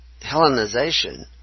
Hellenization